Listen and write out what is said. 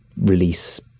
release